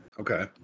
okay